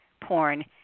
porn